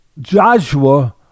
Joshua